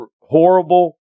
horrible